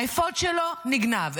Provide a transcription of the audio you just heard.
האפוד שלו נגנב,